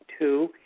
Two